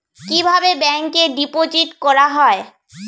কিভাবে ব্যাংকে ডিপোজিট করা হয়?